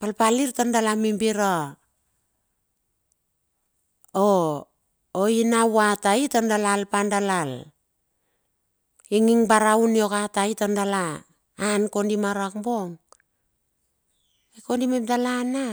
palpalir tar dala mimbir a o oina vatai ta dala alpa dala al, inging baraun ioka tai tar dala an kodi ma rakbong. Kondi mep dala a?